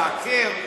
לעקר,